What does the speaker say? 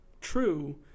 true